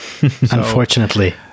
Unfortunately